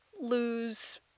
lose